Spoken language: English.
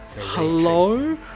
hello